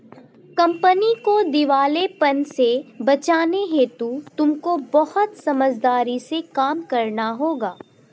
company को दिवालेपन से बचाने हेतु तुमको बहुत समझदारी से काम करना होगा